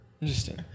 interesting